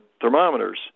thermometers